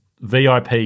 VIP